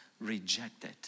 rejected